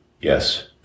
Yes